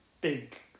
big